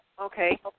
Okay